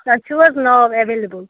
تۄہہِ چھُو حظ ناو اٮ۪وٮ۪لیبُل